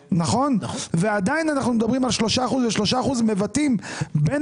עדיין אנחנו מדברים על 3% והם מבטאים בין